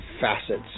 facets